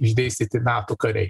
išdėstyti nato kariai